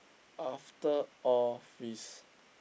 after office